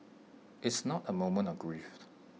it's not A moment of grief